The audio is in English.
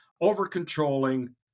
over-controlling